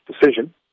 decision